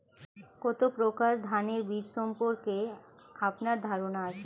কত প্রকার ধানের বীজ সম্পর্কে আপনার ধারণা আছে?